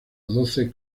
doce